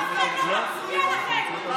אף אחד לא מצביע לכם.